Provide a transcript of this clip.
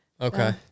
Okay